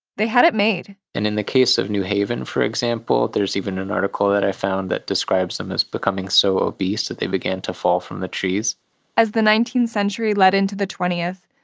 they had it made and in the case of new haven, for example, there's even an article that i found that describes them as becoming so obese that they began to fall from the trees as the nineteenth century led into the twentieth,